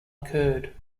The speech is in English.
occurred